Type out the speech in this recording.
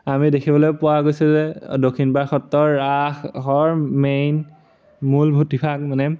আমি দেখিবলৈ পোৱা গৈছে যে দক্ষিণপাট সত্ৰৰ ৰাসৰ মেইন মূল ভূতিভাগ মানে